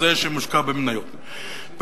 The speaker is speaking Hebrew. זה שמושקע במניות.